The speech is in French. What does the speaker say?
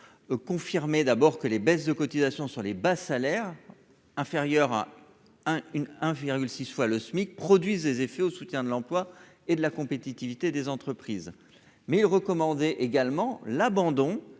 confirmé d'abord que les baisses de cotisations sur les bas salaires inférieurs à 1 1 1 virgule 6 fois le SMIC, produisent des effets au soutien de l'emploi et de la compétitivité des entreprises, mais recommandé également l'abandon